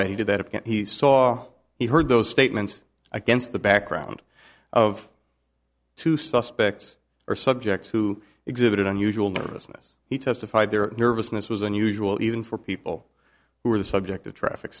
that he did that it can't he saw he heard those statements against the background of two suspects or subjects who exhibited unusual nervousness he testified their nervousness was unusual even for people who were the subject of traffic